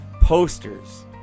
posters